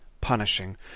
punishing